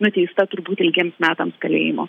nuteista turbūt ilgiems metams kalėjimo